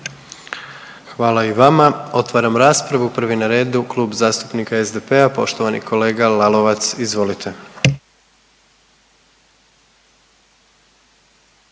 Hvala i vama. Otvaram raspravu. Prvi na redu Klub zastupnika SDP-a poštovani kolega Lalovac. Izvolite.